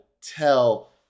tell